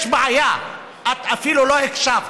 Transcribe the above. יש בעיה, את אפילו לא הקשבת.